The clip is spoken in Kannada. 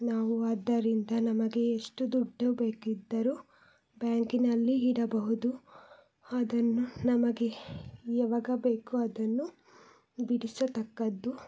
ನಾವು ಅದರಿಂದ ನಮಗೆ ಎಷ್ಟು ದುಡ್ಡು ಬೇಕಿದ್ದರು ಬ್ಯಾಂಕಿನಲ್ಲಿ ಇಡಬಹುದು ಅದನ್ನು ನಮಗೆ ಯವಾಗ ಬೇಕು ಅದನ್ನು ಬಿಡಿಸತಕ್ಕದ್ದು